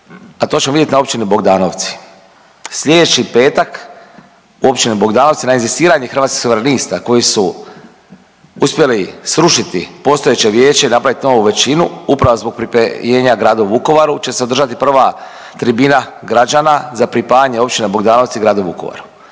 a to ćemo vidjeti na Općini Bogdanovci. Sljedeći petak Općina Bogdanovci na inzistiranje Hrvatskih suverenista koji su uspjeli srušiti postojeće vijeće i napraviti novu većinu upravo zbog pripajanja gradu Vukovaru će se održati prva tribina građana za pripajanje Općine Bogdanovci gradu Vukovaru.